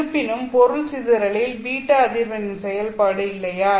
இருப்பினும் பொருள் சிதறலில் β அதிர்வெண்ணின் செயல்பாடு இல்லையா